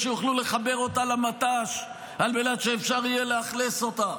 שיוכלו לחבר אותה למט"ש על מנת שאפשר יהיה לאכלס אותה.